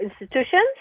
institutions